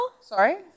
Sorry